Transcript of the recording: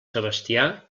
sebastià